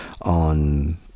on